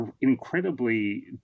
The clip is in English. incredibly